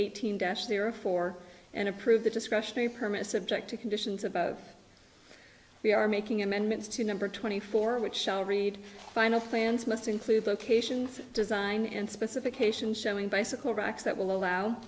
eighteen daschle are for and approve the discretionary permit subject to conditions about we are making amendments to number twenty four which shall read final plans must include locations design and specification showing bicycle racks that will allow